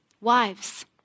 Wives